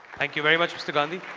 thank you very much, mr. gandhi.